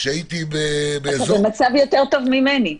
כשהייתי באזור --- אתה במצב יותר טוב ממני.